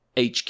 HQ